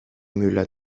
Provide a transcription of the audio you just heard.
müller